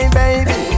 baby